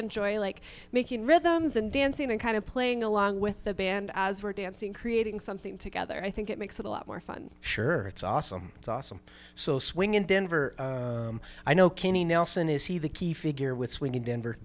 enjoy like making rhythms and dancing and kind of playing along with the band as we're dancing creating something together i think it makes it a lot more fun shirts awesome it's awesome so swing in denver i know kenny nelson is he the key figure